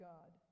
God